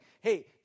hey